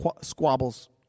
squabbles